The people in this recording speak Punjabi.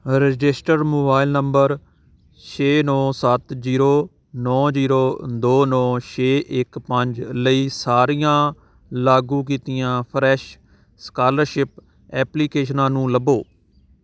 ਰਜਿਸਟਰਡ ਮੋਬਾਈਲ ਨੰਬਰ ਛੇ ਨੌਂ ਸੱਤ ਜੀਰੋ ਨੌਂ ਜੀਰੋ ਦੋ ਨੌਂ ਛੇ ਇੱਕ ਪੰਜ ਲਈ ਸਾਰੀਆਂ ਲਾਗੂ ਕੀਤੀਆਂ ਫਰੈਸ਼ ਸਕਾਲਰਸ਼ਿਪ ਐਪਲੀਕੇਸ਼ਨਾਂ ਨੂੰ ਲੱਭੋ